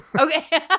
Okay